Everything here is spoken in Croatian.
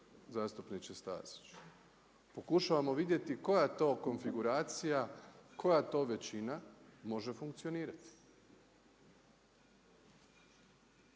zastupniče Stazić. Pokušavamo vidjeti koja to konfiguracija, koja to većina može funkcionirati.